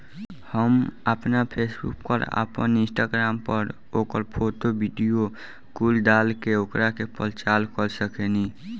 हम आपना फेसबुक पर, आपन इंस्टाग्राम पर ओकर फोटो, वीडीओ कुल डाल के ओकरा के प्रचार कर सकेनी